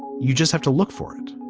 you just have to look for it.